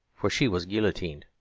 for she was guillotined.